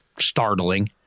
startling